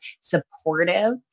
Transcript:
supportive